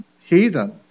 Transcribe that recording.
heathen